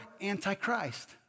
anti-Christ